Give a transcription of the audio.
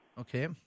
Okay